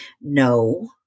No